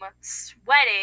sweating